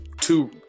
two